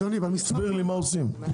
תסביר לי מה עושים,